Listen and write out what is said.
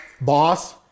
boss